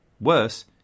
Worse